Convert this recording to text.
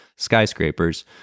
skyscrapers